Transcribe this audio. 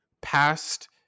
past